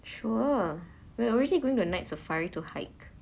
sure we're already going to night safari to hike